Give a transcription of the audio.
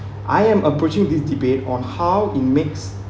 I am approaching this debate on how it makes